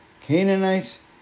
Canaanites